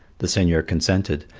the seigneur consented,